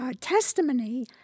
testimony